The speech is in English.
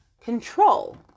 control